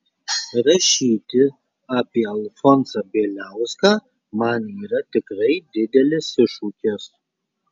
rašyti apie alfonsą bieliauską man yra tikrai didelis iššūkis